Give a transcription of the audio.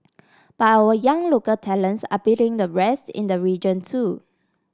but our young local talents are beating the rest in the region too